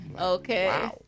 Okay